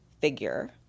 figure